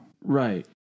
Right